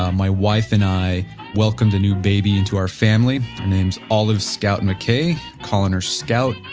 um my wife and i welcome the new baby into our family. her name is olive scout mckay, calling her scout.